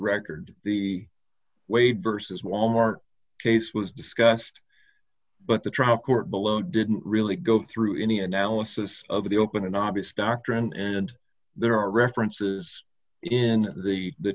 record the weight versus wal mart case was discussed but the trial court below didn't really go through any analysis of the open obvious doctrine and there are references in the t